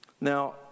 Now